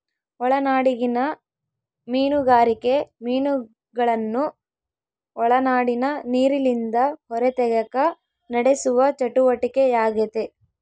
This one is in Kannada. ಒಳನಾಡಿಗಿನ ಮೀನುಗಾರಿಕೆ ಮೀನುಗಳನ್ನು ಒಳನಾಡಿನ ನೀರಿಲಿಂದ ಹೊರತೆಗೆಕ ನಡೆಸುವ ಚಟುವಟಿಕೆಯಾಗೆತೆ